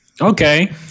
Okay